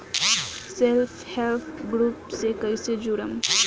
Self help group से कइसे जुड़म?